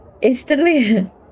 instantly